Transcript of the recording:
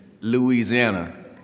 Louisiana